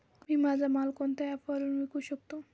मी माझा माल कोणत्या ॲप वरुन विकू शकतो?